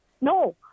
No